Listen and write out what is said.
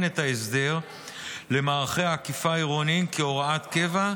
את ההסדר למערכי האכיפה העירוניים כהוראת קבע,